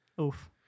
Oof